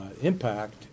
impact